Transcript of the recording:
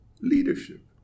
Leadership